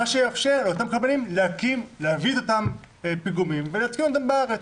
מה שיאפשר לאותם קבלנים להביא את אותם פיגומים ולשים אותם בארץ.